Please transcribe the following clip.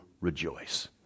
rejoice